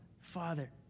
Father